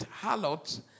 harlots